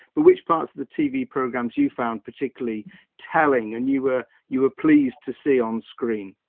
but which parts of the tv programs you found particularly telling and you were, you were pleased to see on screen?